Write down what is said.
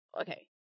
okay